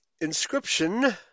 inscription